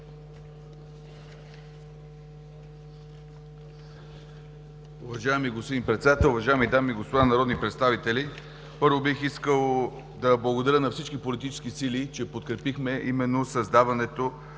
Уважаеми господин Председател, уважаеми дами и господа народни представители! Първо бих искал да благодаря на всички политически сили, че подкрепихме именно създаването